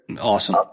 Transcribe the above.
Awesome